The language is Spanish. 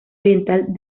oriental